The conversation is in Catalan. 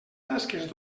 tasques